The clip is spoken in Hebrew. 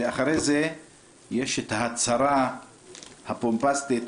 ואחרי זה יש את ההצהרה הבומבסטית,